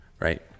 Right